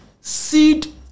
Seed